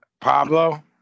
Pablo